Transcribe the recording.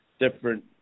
different